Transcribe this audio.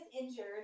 injured